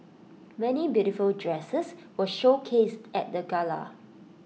many beautiful dresses were showcased at the gala